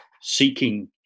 Seeking